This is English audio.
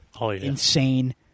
insane